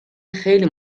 خیلی